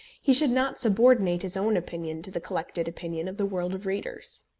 he should not subordinate his own opinion to the collected opinion of the world of readers.